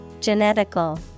Genetical